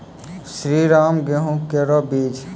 श्रीराम गेहूँ केरो बीज?